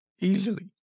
easily